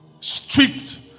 strict